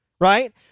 right